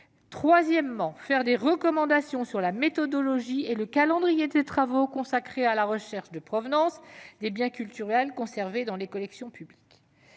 troisièmement, formuler des recommandations sur la méthodologie et le calendrier des travaux consacrés à la recherche de provenance des biens culturels conservés dans les collections publiques.